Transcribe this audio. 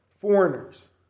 foreigners